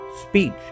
Speech